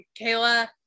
Kayla